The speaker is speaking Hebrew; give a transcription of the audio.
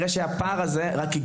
נאמר רבות על הנושא של עלייה והקליטה.